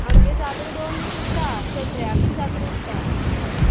आमगे जात्रा दोन दीस उरता सत्र्यान बीन जात्रा उरता